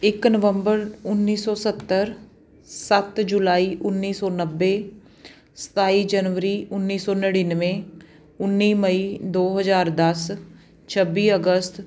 ਇੱਕ ਨਵੰਬਰ ਉੱਨੀ ਸੌ ਸੱਤਰ ਸੱਤ ਜੁਲਾਈ ਉੱਨੀ ਸੌ ਨੱਬੇ ਸਤਾਈ ਜਨਵਰੀ ਉੱਨੀ ਸੌ ਨੜਿਨਵੇਂ ਉੱਨੀ ਮਈ ਦੋ ਹਜ਼ਾਰ ਦਸ ਛੱਬੀ ਅਗਸਤ